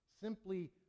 simply